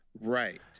right